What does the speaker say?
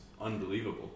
unbelievable